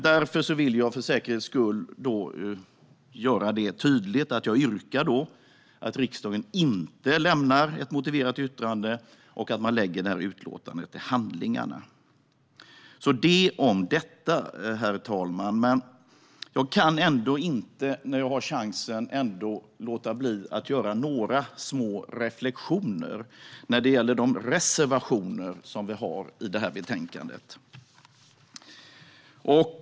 Därför vill jag för säkerhets skull göra det tydligt att jag yrkar bifall till utskottets förslag att riksdagen inte ska lämna ett motiverat yttrande utan lägga utlåtandet till handlingarna. Herr talman! Jag kan inte, nu när jag har chansen, låta bli att göra några små reflektioner när det gäller de reservationer som finns i betänkandet.